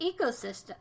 ecosystem